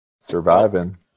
Surviving